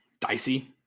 Dicey